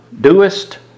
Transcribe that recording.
doest